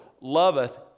loveth